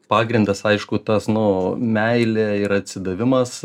pagrindas aišku tas nu meilė ir atsidavimas